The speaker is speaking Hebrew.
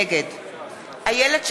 נגד איילת שקד,